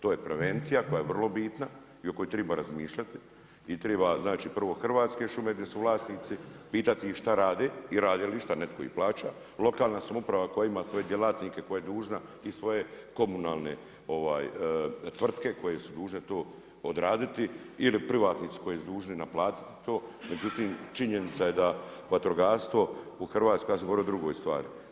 To je prevencija koja je vrlo bitna i o kojoj treba razmišljati i treba znači prvo hrvatske šume gdje su vlasnici pitati šta rade i radi li išta netko i plaća, lokalna samouprava koja ima svoje djelatnike, koja je dužna i svoje komunalne tvrtke koje su dužne to odraditi ili privatnici koji su dužni naplatiti to, međutim činjenica je da vatrogastvo u Hrvatskoj, ja sam govorio o drugoj stvari.